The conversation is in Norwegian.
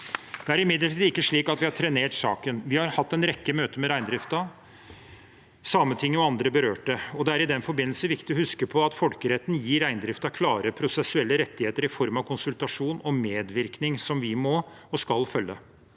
Det er imidlertid ikke slik at vi har trenert saken. Vi har hatt en rekke møter med reindriften, Sametinget og andre berørte. Det er i den forbindelse viktig å huske på at folkeretten gir reindriften klare prosessuelle rettigheter i form av konsultasjon og medvirkning som vi må og skal følge.